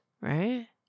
right